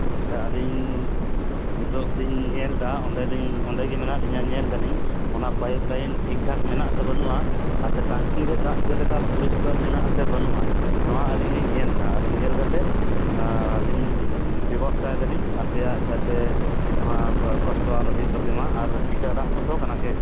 ᱟᱪᱪᱷᱟ ᱟᱹᱞᱤᱧ ᱱᱤᱛᱳᱜᱞᱤᱧ ᱧᱮᱞᱫᱟ ᱚᱸᱰᱮᱞᱤᱧ ᱚᱸᱰᱮᱜᱮ ᱢᱮᱱᱟᱜ ᱞᱤᱧᱟᱹ ᱧᱮᱞ ᱮᱫᱟᱞᱤᱧ ᱚᱱᱟ ᱯᱟᱹᱭᱤᱵ ᱞᱟᱹᱭᱤᱱ ᱴᱷᱤᱠ ᱴᱷᱟᱠ ᱢᱮᱱᱟᱜ ᱟᱥᱮ ᱵᱟᱹᱱᱩᱜᱼᱟ ᱯᱟᱥᱮᱫ ᱴᱟᱝᱠᱤ ᱨᱮ ᱫᱟᱜ ᱪᱮᱫ ᱞᱮᱠᱟ ᱯᱚᱨᱤᱥᱠᱟᱨ ᱢᱮᱱᱟᱜ ᱟᱥᱮ ᱵᱟᱹᱱᱩᱜᱼᱟ ᱱᱚᱣᱟ ᱟᱹᱞᱤᱧ ᱞᱤᱧ ᱧᱮᱞᱮᱫᱟ ᱟᱹᱞᱤᱧ ᱧᱮᱞ ᱠᱟᱛᱮᱫ ᱟᱹᱞᱤᱧ ᱵᱮᱵᱚᱥᱛᱷᱟ ᱮᱫᱟᱞᱤᱧ ᱟᱯᱮᱭᱟᱜ ᱡᱟᱛᱮ ᱱᱚᱣᱟ ᱠᱚᱥᱴᱚ ᱟᱞᱚ ᱦᱩᱭᱩᱜ ᱛᱟᱯᱮ ᱢᱟ ᱟᱨ ᱪᱤᱠᱟᱹ ᱫᱟᱜ ᱠᱚ ᱥᱚ ᱠᱟᱱᱟ ᱠᱤ